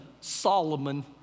Solomon